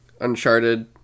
Uncharted